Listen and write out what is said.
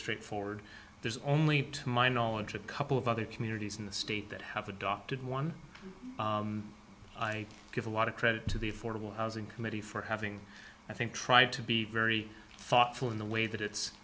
straight forward there's only to my knowledge a couple of other communities in the state that have adopted one i give a lot of credit to the affordable housing committee for having i think tried to be very thoughtful in the way that it's